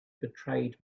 betrayed